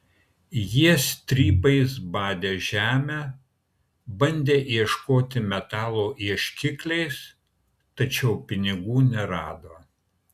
jie strypais badė žemę bandė ieškoti metalo ieškikliais tačiau pinigų nerado